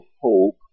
hope